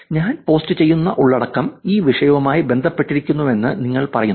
ഞാൻ പോസ്റ്റുചെയ്യുന്ന ഉള്ളടക്കം ഈ വിഷയവുമായി ബന്ധപ്പെട്ടിരിക്കുന്നുവെന്ന് നിങ്ങൾ പറയുന്നു